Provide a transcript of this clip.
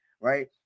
right